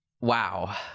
wow